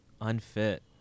unfit